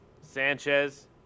Sanchez